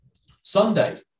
Sunday